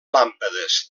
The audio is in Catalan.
làmpades